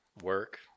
Work